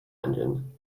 engine